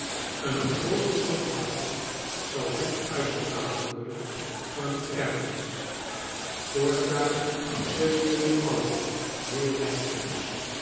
een groote som gelds zal hem uitbetaald worden van een erfenis voortaan zullen iullie alien heel rijk zijn